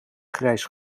grijs